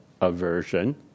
aversion